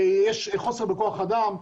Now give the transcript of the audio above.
יש חוסר בכוח אדם,